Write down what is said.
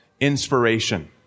inspiration